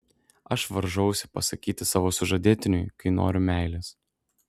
aš varžausi pasakyti savo sužadėtiniui kai noriu meilės